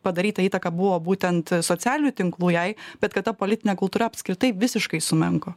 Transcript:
padaryta įtaka buvo būtent socialinių tinklų jai bet kad ta politinė kultūra apskritai visiškai sumenko